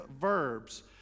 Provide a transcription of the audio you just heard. verbs